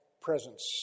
presence